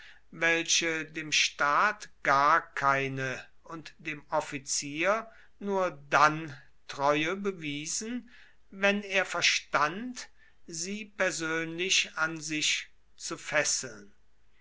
welche dem staat gar keine und dem offizier nur dann treue bewiesen wenn er verstand sie persönlich an sich zu fesseln